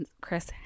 Chris